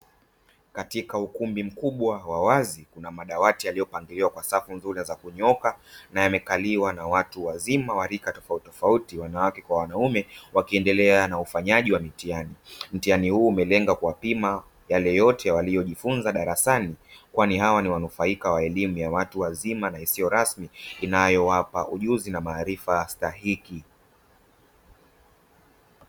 Katika ukumbi mkubwa wa wazi kuna madawati yaliyopangiliwa kwa safu nzuri na za kunyooka na yamekaliwa na watu wazima wa rika tofautitofauti wanawake kwa wanaume wakiendelea na ufanyaji wa mitihani. Mtihani huu umelenga kuwapima yale yote waliyojifunza darasani, kwani hawa ni wanufaika wa elimu ya watu wazima, na isiyo rasmi inayowapa ujuzi na maarifa stahiki.